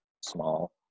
small